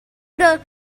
the